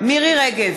מירי רגב,